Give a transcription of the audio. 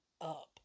up